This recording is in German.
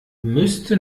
müsste